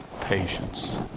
patience